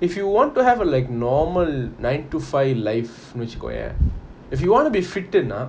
if you want to have like normal nine to five life வெச்சிக்கோயேன்:vechikoyean if you want to be fit நா:na